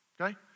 okay